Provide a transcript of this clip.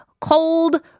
cold